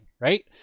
right